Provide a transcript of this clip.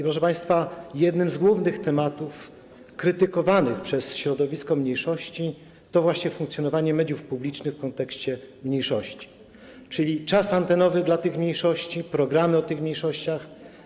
Proszę państwa, jeden z głównych tematów krytykowanych przez środowisko mniejszości to właśnie funkcjonowanie mediów publicznych w kontekście mniejszości, czyli czas antenowy dla tych mniejszości, programy o tych mniejszościach.